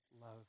love